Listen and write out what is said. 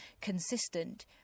consistent